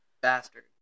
bastard